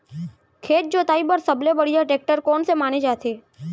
खेत जोताई बर सबले बढ़िया टेकटर कोन से माने जाथे?